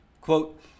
Quote